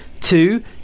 Two